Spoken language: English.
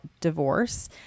divorce